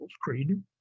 Creed